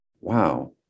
wow